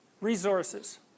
resources